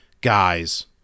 Guys